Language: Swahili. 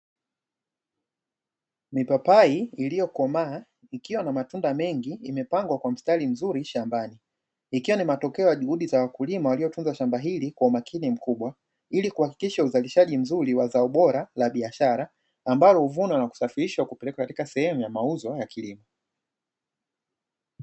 Mipapai ilikomaa ikiwa na matunda mengi imepangwa kwa mstari mzuri shambani; ikiwa ni matokeo ya juhudi za wakulima waliotunza shamba hili kwa umakini mkubwa ili kuhakikisha uzarishaji mzuri wa zao bora la biashara ambalo huvunwa na kusafirishwa kupelekwa katika sehemu ya mauzo ya kilimo.